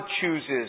chooses